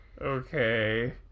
Okay